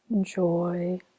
Joy